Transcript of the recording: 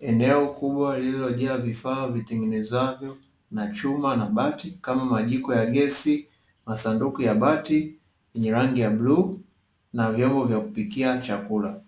Eneo kubwa lililojaa vifaa vitengenezwavyo na chuma na bati, kama: majiko ya gesi, masanduku ya bati yenye rangi ya bluu na vyombo vya kupikia chakula.